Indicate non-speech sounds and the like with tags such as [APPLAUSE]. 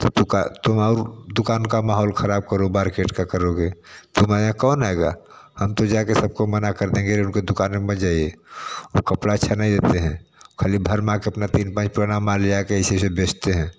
तो तो का तुम और दुकान का माहौल खराब करो मार्केट का करोगे तुम्हारे यहाँ कौन आएगा हम तो जाके सबको मना कर देंगे अरे उनके दुकान में मत जाइए वो कपड़ा अच्छा नहीं देते हैं खाली भर मारके अपना तीन [UNINTELLIGIBLE] पुराना माल ले आके ऐसे ऐसे बेचते हैं